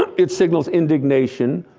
it signals indignation,